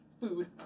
food